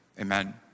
Amen